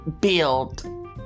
build